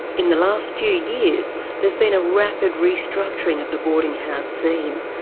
in the last few years there's been a rapid restructuring of the boarding house scene.